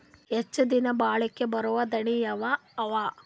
ಹೆಚ್ಚ ದಿನಾ ಬಾಳಿಕೆ ಬರಾವ ದಾಣಿಯಾವ ಅವಾ?